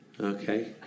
Okay